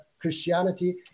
Christianity